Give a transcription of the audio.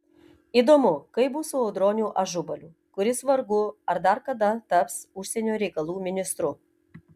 įdomu kaip bus su audroniu ažubaliu kuris vargu ar dar kada taps užsienio reikalų ministru